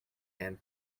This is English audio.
and